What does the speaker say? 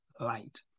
light